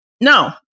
No